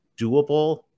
doable